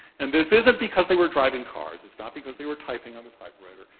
and this isn't because they were driving cars. it's not because they were typing on the typewriter.